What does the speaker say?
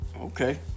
Okay